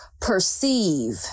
perceive